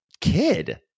kid